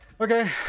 Okay